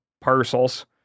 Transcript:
parcels